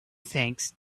thanks